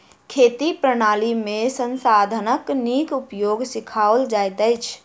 खेती प्रणाली में संसाधनक नीक उपयोग सिखाओल जाइत अछि